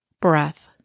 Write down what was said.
breath